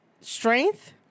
strength